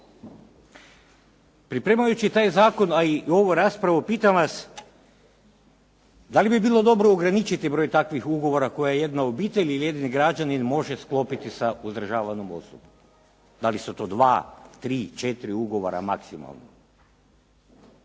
Pripremajući taj zakon, a i ovu raspravu pitam vas, da li bi bilo dobro ograničiti broj takvih ugovora koja jedna obitelj ili jedan ili jedan građanin može sklopiti sa uzdržavanom osobom, da li su to dva, tri, četiri ugovora maksimalno?